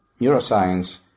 neuroscience